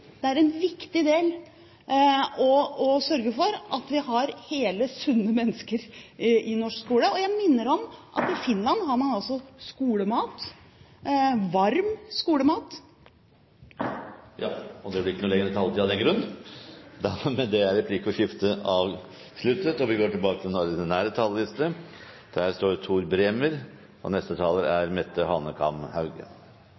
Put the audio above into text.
det er en viktig bit å sørge for at vi har hele, sunne mennesker i norsk skole. Jeg minner om at i Finland har man skolemat – varm skolemat. Ja. Og det blir ikke noe lengre taletid av den grunn! Med det er replikkordskiftet avsluttet.